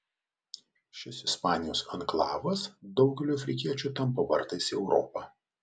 šis ispanijos anklavas daugeliui afrikiečių tampa vartais į europą